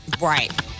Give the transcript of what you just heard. Right